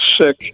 sick